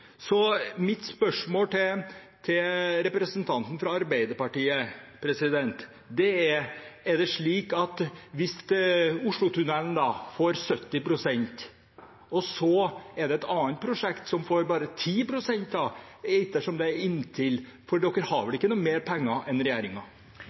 Mitt spørsmål til representanten fra Arbeiderpartiet er: Er det slik at hvis Oslotunnelen får 70 pst., er det et annet prosjekt som får bare 10 pst., ettersom det er «inntil» 70 pst., for dere har vel